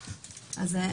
בשב"ס.